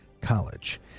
College